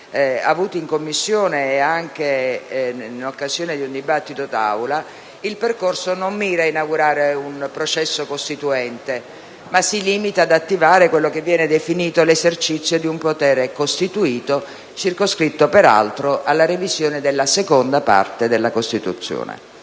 avuti in Commissione e anche in occasione di un dibattito d'Aula, il percorso non mira a inaugurare un processo costituente, ma si limita ad attivare quello che viene definito l'esercizio di un potere costituito, circoscritto peraltro alla revisione della seconda parte della Costituzione.